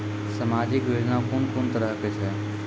समाजिक योजना कून कून तरहक छै?